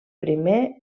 primer